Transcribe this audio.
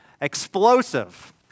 explosive